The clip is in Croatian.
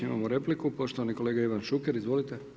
Imamo repliku, poštovani kolega Ivan Šuker, izvolite.